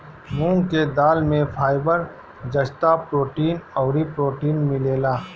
मूंग के दाल में फाइबर, जस्ता, प्रोटीन अउरी प्रोटीन मिलेला